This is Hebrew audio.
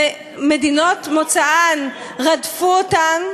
במדינות מוצאם רדפו אותם,